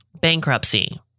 bankruptcy